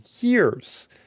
years